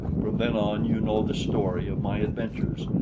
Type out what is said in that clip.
from then on, you know the story of my adventures,